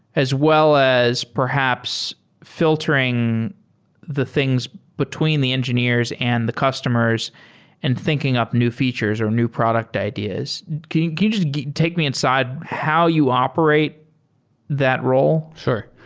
as well as perhaps filtering the things between the engineers and the customers and thinking up new features or new product ideas. can you you just take me inside how you operate that role? sure.